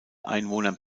einwohner